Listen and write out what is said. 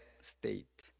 state